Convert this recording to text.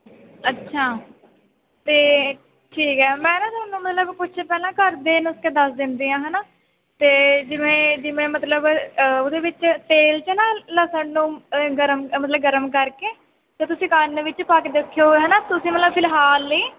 ਅੱਛਾ ਅਤੇ ਠੀਕ ਹੈ ਮੈਡਮ ਤੁਹਾਨੂੰ ਮਤਲਬ ਪੁੱਛ ਪਹਿਲਾਂ ਘਰ ਦੇ ਨੁਸਖੇ ਦੱਸ ਦਿੰਦੇ ਆ ਹੈ ਨਾ ਅਤੇ ਜਿਵੇਂ ਜਿਵੇਂ ਮਤਲਬ ਉਹਦੇ ਵਿੱਚ ਤੇਲ 'ਚ ਨਾ ਲਸਣ ਨੂੰ ਗਰਮ ਮਤਲਬ ਗਰਮ ਕਰਕੇ ਅਤੇ ਤੁਸੀਂ ਕੰਨ ਵਿੱਚ ਪਾ ਕੇ ਦੇਖਿਓ ਹੈ ਨਾ ਤੁਸੀਂ ਮਤਲਬ ਫਿਲਹਾਲ ਲਈ